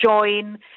join